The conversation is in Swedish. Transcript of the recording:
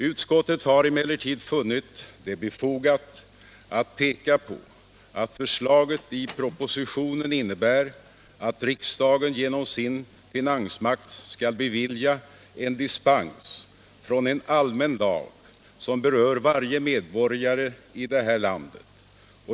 Utskottet har emellertid funnit det befogat att peka på att förslaget i propositionen innebär att riksdagen genom sin finansmakt skall bevilja dispens från en allmän lag som berör varje medborgare i detta land.